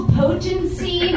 potency